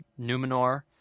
Numenor